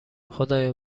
خدایا